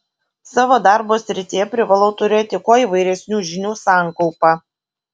savo darbo srityje privalau turėti kuo įvairesnių žinių sankaupą